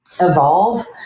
evolve